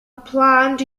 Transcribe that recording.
planned